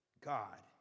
God